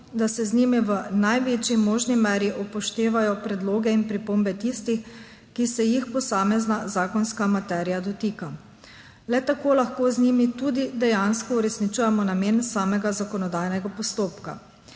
da se z njimi v največji možni meri upoštevajo predloge in pripombe tistih, ki se jih posamezna zakonska materija dotika. Le tako lahko z njimi tudi dejansko uresničujemo namen samega zakonodajnega postopka.